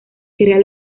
crea